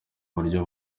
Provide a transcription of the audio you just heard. buryo